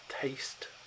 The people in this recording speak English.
taste